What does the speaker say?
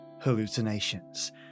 hallucinations